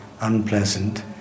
unpleasant